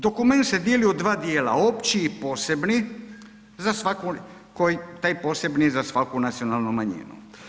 Dokument se dijeli u dva dijela, opći i posebni, za svaku taj posebni za svaku nacionalnu manjinu.